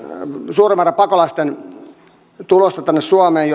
suuren pakolaismäärän tulossa tänne suomeen